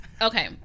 Okay